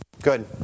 Good